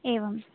एवम्